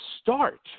start